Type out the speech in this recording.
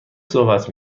صحبت